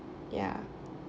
ya